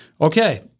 okay